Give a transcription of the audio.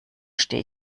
stehe